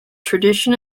tradition